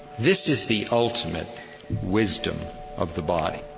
this is the ultimate wisdom of the body